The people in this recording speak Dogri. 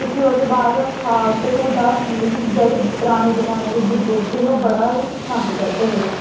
ते फ्ही ओह्दे बाद साग ते ढोड्डा मतलब कि जेह्ड़े पराने जमाने दे बजुर्ग हे ओह् बडा ई पसंद करदे हे